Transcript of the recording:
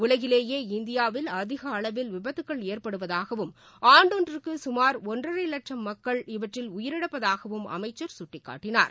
உலகிலேயே இந்தியாவில் அதிக அளவில் விபத்துகள் ஏற்படுவதாகவும் ஆண்டொன்றுக்கு சுமார் ஒன்றரை வட்சம் மக்கள் இவற்றில் உயிரிழப்பதாகவும் அமைச்சள் குட்டிக்காட்டினார்